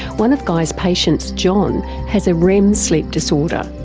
one of guy's patients, john, has a rem sleep disorder,